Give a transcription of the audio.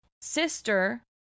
sister